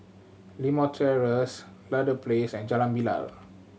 Limau Terrace Ludlow Place and Jalan Bilal